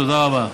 תודה רבה.